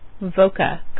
voca